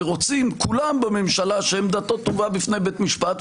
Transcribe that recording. ורוצים כולם בממשלה שעמדתו תובא בפני בית משפט,